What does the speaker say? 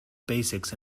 basics